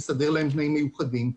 תנאים מיוחדים.